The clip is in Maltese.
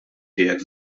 tiegħek